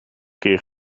keer